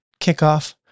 kickoff